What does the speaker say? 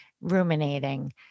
ruminating